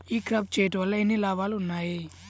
ఈ క్రాప చేయుట వల్ల ఎన్ని లాభాలు ఉన్నాయి?